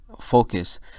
Focus